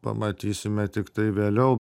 pamatysime tiktai vėliau